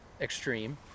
extreme